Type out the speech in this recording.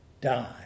die